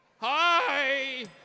Hi